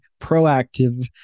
proactive